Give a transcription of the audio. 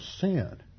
sin